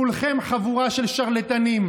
כולכם חבורה של שרלטנים.